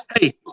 hey